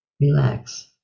relax